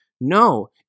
No